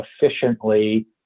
efficiently